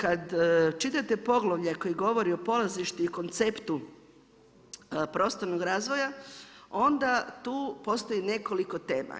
Kada čitate poglavlje koje govori o polazištu i konceptu prostornog razvoja onda tu postoji nekoliko tema.